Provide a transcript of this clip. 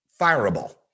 fireable